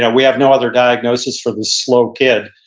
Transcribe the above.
yeah we have no other diagnosis for this slow kid,